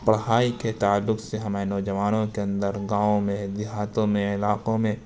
پڑھائی کے تعلق سے ہمارے نوجوانوں کے اندر گاؤں میں دیہاتوں میں علاقوں میں